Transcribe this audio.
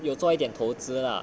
有做一点投资 lah